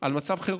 על מצב חירום.